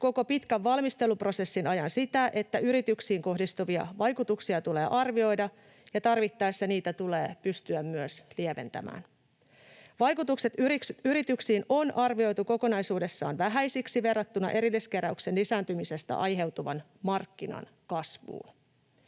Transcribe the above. koko pitkän valmisteluprosessin ajan sitä, että yrityksiin kohdistuvia vaikutuksia tulee arvioida ja tarvittaessa niitä tulee pystyä myös lieventämään. Vaikutukset yrityksiin on arvioitu kokonaisuudessaan vähäisiksi verrattuna erilliskeräyksen lisääntymisestä aiheutuvan markkinan kasvuun.